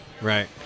Right